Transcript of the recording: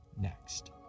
next